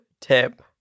tip